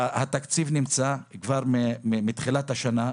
התקציב נמצא כבר מתחילת השנה,